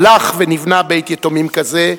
הלך ונבנה בית-יתומים כזה,